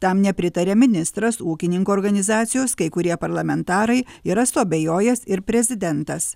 tam nepritaria ministras ūkininkų organizacijos kai kurie parlamentarai yra suabejojęs ir prezidentas